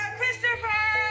Christopher